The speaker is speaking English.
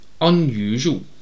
unusual